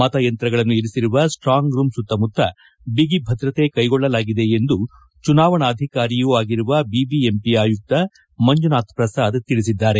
ಮತಯಂತ್ರಗಳನ್ನು ಇರಿಸಿರುವ ಸ್ವಾಂಗ್ ರೂಮ್ನ ಸುತ್ತಮುತ್ತ ಬಿಗಿ ಭದ್ರತೆ ಕೈಗೊಳ್ಳಲಾಗಿದೆ ಎಂದು ಚುನಾವಣಾಧಿಕಾರಿಯೂ ಆಗಿರುವ ಬಿಬಿಎಂಪಿ ಆಯುಕ್ತ ಮಂಜುನಾಥ್ ಪ್ರಸಾದ್ ತಿಳಿಸಿದ್ದಾರೆ